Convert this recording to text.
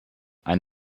ein